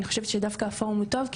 אני חושבת שדווקא הפורום הוא טוב,